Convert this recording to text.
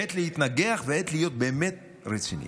עת להתנגח ועת להיות באמת רציני,